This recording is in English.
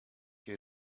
you